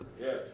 Yes